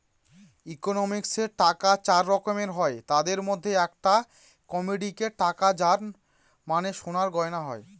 ইকোনমিক্সে টাকা চার রকমের হয় তাদের মধ্যে একটি কমোডিটি টাকা যার মানে সোনার গয়না হয়